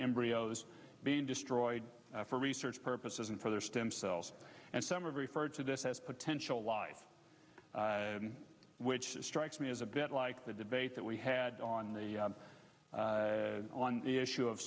embryos being destroyed for research purposes and for their stem cells and some are referred to this as potential life which strikes me as a bit like the debate that we had on the on the issue of